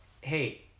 hey